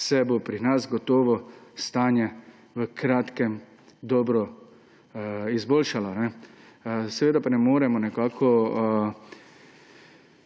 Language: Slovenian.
se bo pri nas gotovo stanje v kratkem dobro izboljšalo. Seveda pa nekako